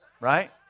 Right